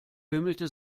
bimmelte